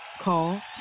Call